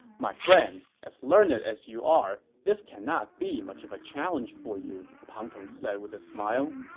my friend, as learned as you are, this cannot be much of a challenge for you, pang tong said with a smile.